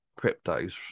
cryptos